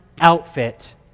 outfit